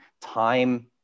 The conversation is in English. time